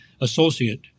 associate